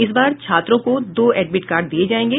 इस बार छात्रों को दो एडमिट कार्ड दिया जायेगा